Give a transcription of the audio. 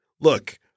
Look